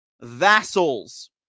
vassals